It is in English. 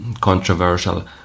controversial